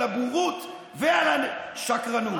על הבורות ועל השקרנות.